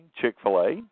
Chick-fil-A